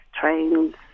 trains